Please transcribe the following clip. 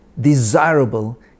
desirable